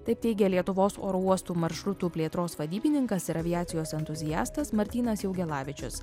taip teigė lietuvos oro uostų maršrutų plėtros vadybininkas ir aviacijos entuziastas martynas jaugelavičius